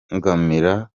ibikorwa